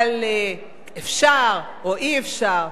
על אפשר או אי-אפשר.